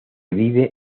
vive